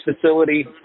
facility